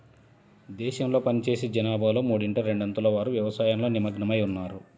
దేశంలో పనిచేసే జనాభాలో మూడింట రెండొంతుల వారు వ్యవసాయంలో నిమగ్నమై ఉన్నారు